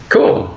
Cool